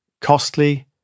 costly